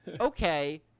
Okay